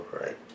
right